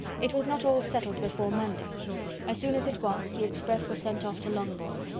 it was not all settled before monday as soon as it was, the express was sent off to longbourn.